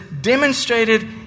demonstrated